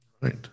Right